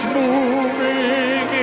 moving